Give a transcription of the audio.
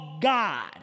God